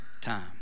time